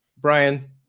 Brian